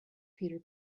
peter